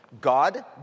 God